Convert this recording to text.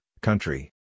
country